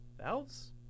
Valves